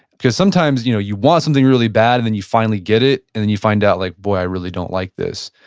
because sometimes, you know you want something really bad, and then you finally get it, and then you find out, like boy, i really don't like this.